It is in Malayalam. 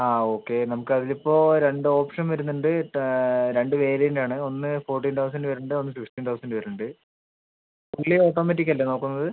ആ ഓക്കെ നമ്മക്ക് അതിൽ ഇപ്പോൾ രണ്ട് ഓപ്ഷൻ വരുന്നുണ്ട് രണ്ട് പേര് തന്നെ ആണ് ഒന്ന് ഫോർട്ടീൻ തൗസൻഡ് വെരിണ്ട് ഒന്ന് ഫിഫ്റ്റീൻ തൗസൻഡ് വരുന്നുണ്ട് ഫുള്ളി ഓട്ടോമെറ്റിക്ക് അല്ലെ നോക്കുന്നത്